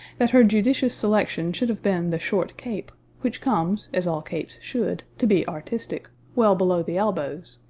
that her judicious selection should have been the short cape, which comes, as all capes should, to be artistic, well below the elbows,